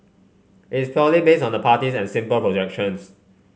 its purely based on the parties and simple projections